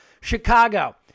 Chicago